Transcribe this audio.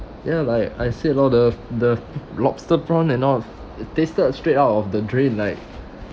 ya like I said all the the lobster prawn and all it tasted straight out of the drain like